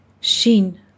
Shin